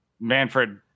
Manfred